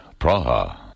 Praha